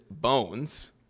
bones